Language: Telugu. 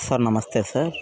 సార్ నమస్తే సార్